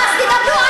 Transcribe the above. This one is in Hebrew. את רוצה שתי מדינות?